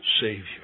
Savior